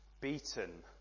beaten